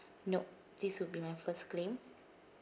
nope this would be my first claim